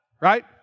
right